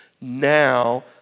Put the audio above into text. Now